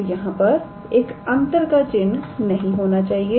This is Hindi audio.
तो यहां पर अंतर का चिन्ह नहीं होना चाहिए